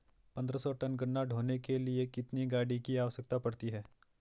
पन्द्रह सौ टन गन्ना ढोने के लिए कितनी गाड़ी की आवश्यकता पड़ती है?